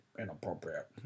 inappropriate